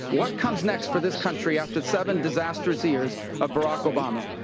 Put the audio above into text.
what comes next for this country after seven disastrous years of barack obama?